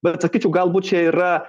bet sakyčiau galbūt čia yra